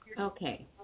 okay